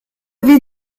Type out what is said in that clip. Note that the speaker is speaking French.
vis